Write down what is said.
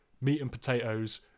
meat-and-potatoes